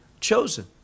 chosen